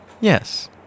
yes